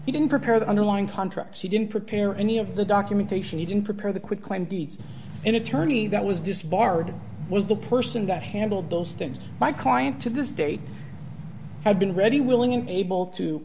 he didn't prepare the underlying contracts he didn't prepare any of the documentation he didn't prepare the quicklime deeds an attorney that was disbarred was the person that handled those things my client to this day had been ready willing and able to